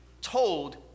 told